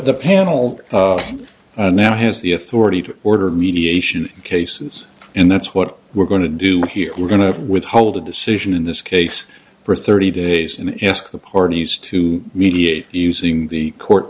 the panel now has the authority to order mediation cases and that's what we're going to do here we're going to withhold a decision in this case for thirty days and ask the parties to mediate using the court